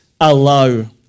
allow